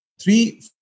three